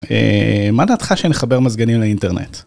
מה דעתך שנחבר מזגנים לאינטרנט?